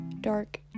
dark